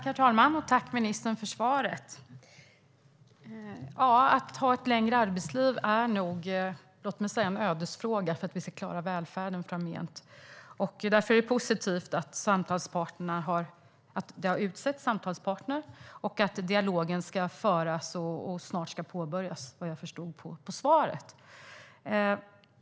Herr talman! Tack för svaret, ministern! Att ha ett längre arbetsliv är nog en ödesfråga för att vi ska klara välfärden framgent. Därför är det positivt att det har utsetts samtalspartner och att dialogen ska föras och snart påbörjas, vad jag förstod av svaret.